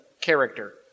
character